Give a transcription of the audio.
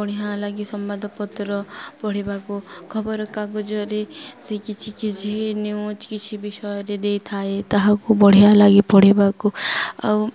ବଢ଼ିଆଁ ଲାଗେ ସମ୍ବାଦ ପତ୍ର ପଢ଼ିବାକୁ ଖବରକାଗଜରେ ସେ କିଛି କିଛି ନ୍ୟୁଜ୍ କିଛି ବିଷୟରେ ଦେଇଥାଏ ତାହାକୁ ବଢ଼ିଆ ଲାଗେ ପଢ଼ିବାକୁ ଆଉ